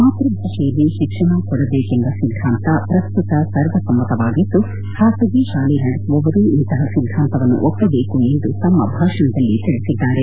ಮಾತೃಭಾಷೆಯಲ್ಲಿ ಶಿಕ್ಷಣ ಕೊಡಬೇಕೆಂಬ ಸಿದ್ದಾಂತ ಪ್ರಸ್ತುತ ಸರ್ವಸಮ್ಮತವಾಗಿದ್ದು ಖಾಸಗಿ ಶಾಲೆ ನಡೆಸುವವರೂ ಇಂತಹ ಸಿದ್ದಾಂತವನ್ನು ಒಪ್ಪಬೇಕು ಎಂದು ತಮ್ಮ ಭಾಷಣದಲ್ಲಿ ತಿಳಿಸಿದ್ದಾರೆ